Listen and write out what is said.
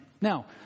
Now